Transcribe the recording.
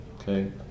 Okay